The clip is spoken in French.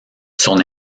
son